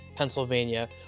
Pennsylvania